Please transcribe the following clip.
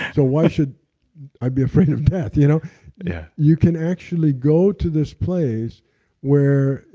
so why should i be afraid of death, you know? yeah you can actually go to this place where.